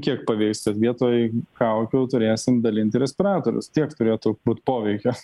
kiek paveiks ten vietoj kaukių turėsim dalinti respiratorius tiek turėtų būt poveikio